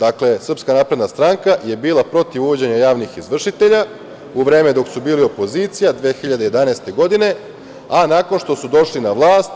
Dakle, SNS je bila protiv uvođenja javnih izvršitelja, u vreme dok su bili opozicija 2011. godine, a nakon što su došli na vlast,